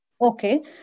Okay